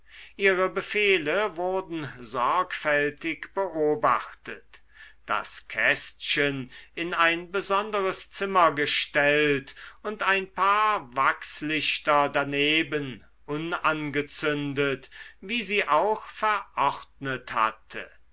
ihre befehle wurden sorgfältig beobachtet das kästchen in ein besonderes zimmer gestellt und ein paar wachslichter daneben unangezündet wie sie auch verordnet hatte